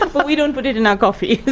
ah but we don't put it in our coffee.